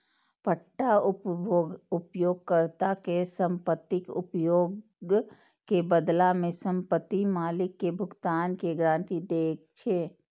पट्टा उपयोगकर्ता कें संपत्तिक उपयोग के बदला मे संपत्ति मालिक कें भुगतान के गारंटी दै छै